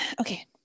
Okay